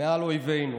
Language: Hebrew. מעל אויבינו.